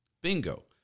Bingo